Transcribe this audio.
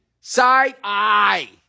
Side-eye